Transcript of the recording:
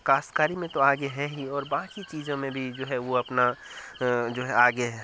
کاشتکاری میں تو آگے ہے ہی اور باقی چیزوں میں بھی جو ہے وہ اپنا آگے